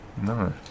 No